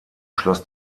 schloss